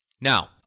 Now